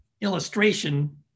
illustration